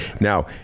now